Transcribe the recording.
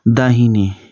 दाहिने